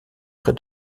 près